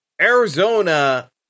Arizona